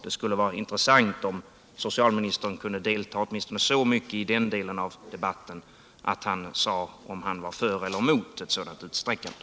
Det skulle vara intressant om socialministern kunde delta i den delen av debatten, åtminstone så mycket att han deklarerade huruvida han är för eller emot ett sådant utsträckande.